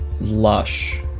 lush